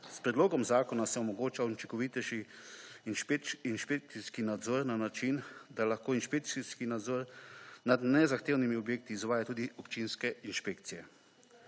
S predlogom zakona se omogoča učinkovitejši inšpekcijski nadzor na način, da lahko inšpekcijski nadzor nad nezahtevnimi objekti izvaja tudi občinske inšpekcije.